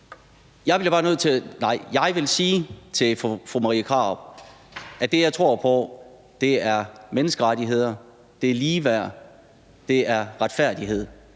Jeg vil sige til fru Marie Krarup, at det, jeg tror på, er menneskerettigheder, ligeværd, retfærdighed,